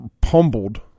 pummeled